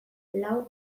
lau